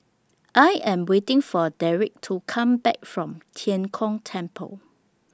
I Am waiting For Dereck to Come Back from Tian Kong Temple